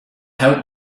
help